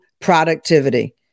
productivity